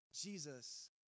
Jesus